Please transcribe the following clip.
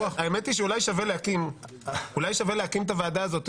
הוויכוח --- האמת היא שאולי שווה להקים את הוועדה הזאת.